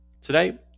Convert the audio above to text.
Today